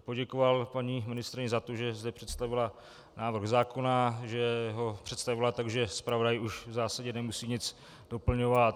poděkoval paní ministryni za to, že zde představila návrh zákona, že ho představila tak, že zpravodaj už v zásadě nemusí nic doplňovat.